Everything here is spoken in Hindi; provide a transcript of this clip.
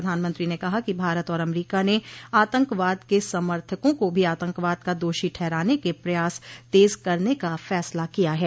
प्रधानमंत्री ने कहा कि भारत और अमरीका ने आतंकवाद के समर्थकों को भी आतंकवाद का दोषी ठहराने के प्रयास तेज करने का फैसला किया है